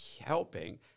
helping